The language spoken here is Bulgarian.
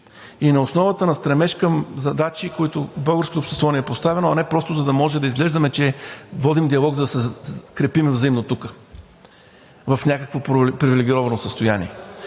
и на основата на стремеж към задачи, които българското общество ни е поставило, а не просто, за да изглежда, че водим диалог, за да се крепим взаимно тук в някакво привилегировано състояние.